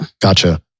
Gotcha